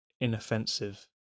inoffensive